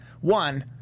One